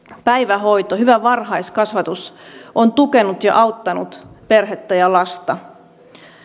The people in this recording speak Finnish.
päivähoito hyvä varhaiskasvatus on tukenut ja auttanut perhettä ja lasta